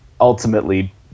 Ultimately